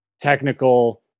technical